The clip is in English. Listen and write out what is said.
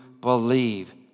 believe